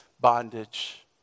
bondage